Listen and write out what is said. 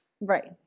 right